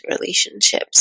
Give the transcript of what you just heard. relationships